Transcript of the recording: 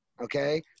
okay